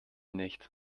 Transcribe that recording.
nicht